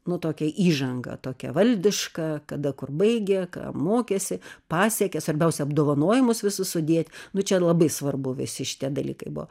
nu tokia įžanga tokia valdiška kada kur baigė mokėsi pasiekė svarbiausia apdovanojimus visus sudėt nu čia labai svarbu visi šitie dalykai buvo